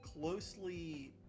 closely